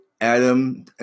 Adam